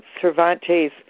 Cervantes